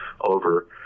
over